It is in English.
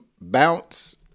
bounce